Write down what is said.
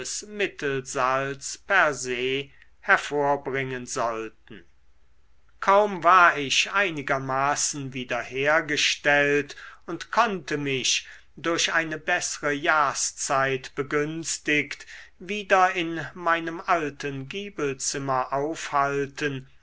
mittelsalz per se hervorbringen sollten kaum war ich einigermaßen wiederhergestellt und konnte mich durch eine bessere jahrszeit begünstigt wieder in meinem alten giebelzimmer aufhalten